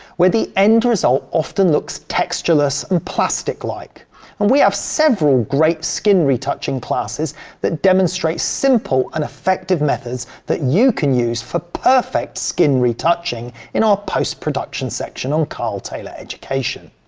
where the end result often looks textureless and plastic-like and we have several great skin retouching classes that demonstrate simple and effective methods that you can use for perfect skin retouching in our post-production section on karl taylor education.